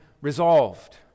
Resolved